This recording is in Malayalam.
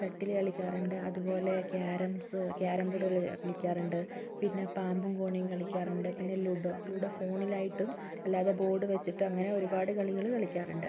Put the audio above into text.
ഷട്ടിൽ കളിക്കാറുണ്ട് അതുപോലെ ക്യാരംസ് ക്യാരം ബോർഡ് കളി കളിക്കാറുണ്ട് പിന്നെ പാമ്പും കോണിയും കളിക്കാറുണ്ട് പിന്നെ ലുഡോ ലുഡോ ഫോണിലായിട്ടും അല്ലാതെ ബോർഡ് വെച്ചിട്ടും അങ്ങനെ ഒരുപാട് കളികൾ കളിക്കാറുണ്ട്